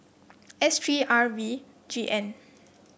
S three R V G N